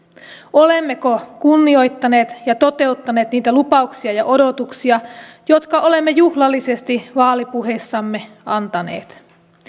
olemmeko kunnioittaneet ja toteuttaneet niitä lupauksia ja odotuksia jotka olemme juhlallisesti vaalipuheissamme antaneet